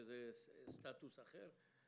שזה סטטוס אחר,